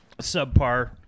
subpar